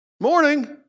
morning